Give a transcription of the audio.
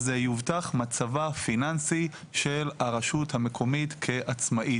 אז יובטח מצבה הפיננסי של הרשות המקומית כעצמאית.